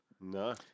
No